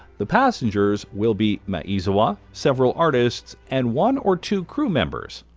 the passengers will be maezawa, several artists, and one or two crew members.